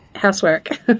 housework